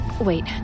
Wait